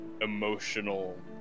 Emotional